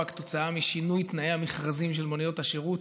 כתוצאה משינוי תנאי המכרזים של מוניות השירות.